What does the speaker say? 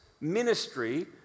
ministry